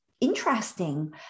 interesting